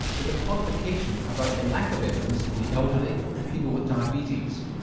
with a qualification about the lack of evidence in the elderly and people with diabetes.